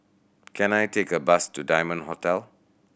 can I take a bus to Diamond Hotel